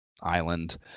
island